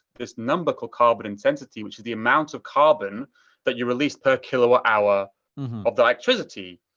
this number called carbon intensity, which is the amount of carbon that you release per kilowatt hour of the electricity.